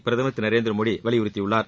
பிரதமர் திரு நரேந்திரமோடி வலியுறுத்தியுள்ளார்